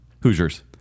hoosiers